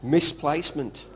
Misplacement